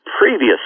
previously